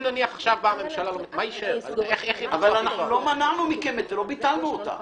לא ביטלנו אותה.